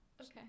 Okay